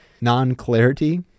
non-clarity